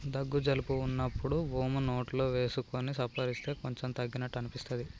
దగ్గు జలుబు వున్నప్పుడు వోమ నోట్లో వేసుకొని సప్పరిస్తే కొంచెం తగ్గినట్టు అనిపిస్తది